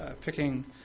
picking